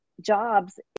jobs